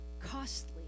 Costly